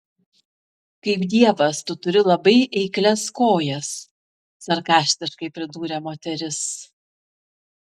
kaip dievas tu turi labai eiklias kojas sarkastiškai pridūrė moteris